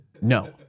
No